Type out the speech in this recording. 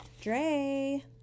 Dre